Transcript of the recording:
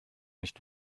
nicht